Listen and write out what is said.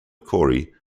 cory